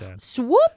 swoop